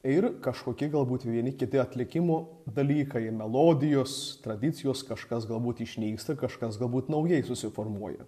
ir kažkokie galbūt vieni kiti atlikimo dalykai ir melodijos tradicijos kažkas galbūt išnyksta kažkas galbūt naujai susiformuoja